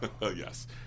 Yes